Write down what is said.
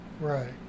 right